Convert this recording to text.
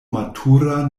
matura